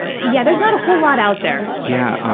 ah yeah, there's not a whole lot out there. yeah.